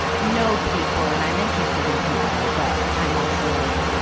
know people and i'm interested in people. but i'm also like,